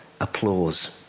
applause